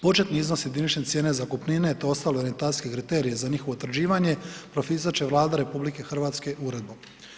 Početni iznos jedinične cijene zakupnine te ostale orijentacijski kriteriji za njihovo utvrđivanje propisat će Vlada RH uredbom.